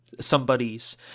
Somebody's